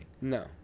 No